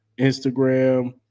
Instagram